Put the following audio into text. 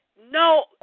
No